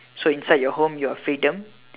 so inside your home you have freedom